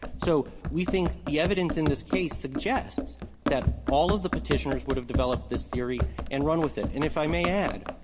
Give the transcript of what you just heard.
so we think the evidence in this case suggests that all of the petitioners would have developed this theory and run with it. and if i may add,